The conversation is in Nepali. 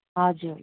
हजुर